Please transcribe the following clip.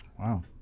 Wow